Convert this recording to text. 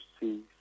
see